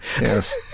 yes